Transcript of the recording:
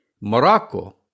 Morocco